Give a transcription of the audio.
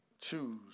choose